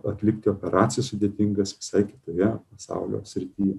atlikti operacijas sudėtingas visai kitoje pasaulio srityje